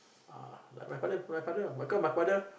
ah like my father my father cause my father